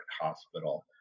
hospital